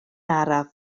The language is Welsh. araf